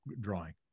drawing